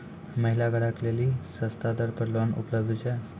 महिला ग्राहक लेली सस्ता दर पर लोन उपलब्ध छै?